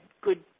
good